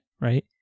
right